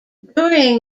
during